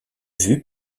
vue